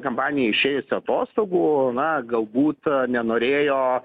kampanija išėjusi atostogų na galbūt nenorėjo